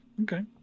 Okay